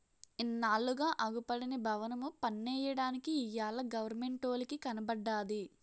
ఇన్నాళ్లుగా అగుపడని బవనము పన్నెయ్యడానికి ఇయ్యాల గవరమెంటోలికి కనబడ్డాది